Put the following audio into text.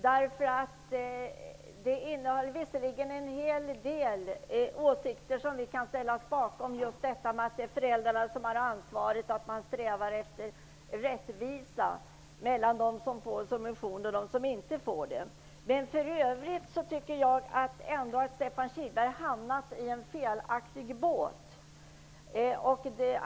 Det innehöll visserligen en hel del åsikter som vi kan ställa oss bakom, t.ex. att det är föräldrarna som har ansvaret och att man strävar efter rättvisa mellan dem som får subventioner och dem som inte får det. Men för övrigt tycker jag ändå att Stefan Kihlberg har hamnat i fel båt.